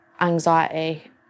anxiety